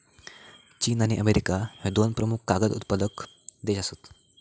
चीन आणि अमेरिका ह्ये दोन प्रमुख कागद उत्पादक देश आसत